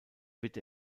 wird